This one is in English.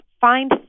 find